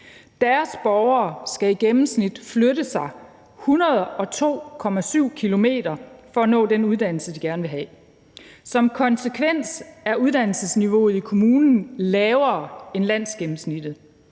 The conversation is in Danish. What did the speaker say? Deres borgere skal i gennemsnit flytte sig 102,7 km for at nå den uddannelse, de gerne vil have. Som konsekvens er uddannelsesniveauet i kommunen lavere end landsgennemsnittet.